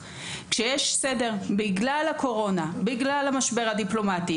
מבני הנוער 16,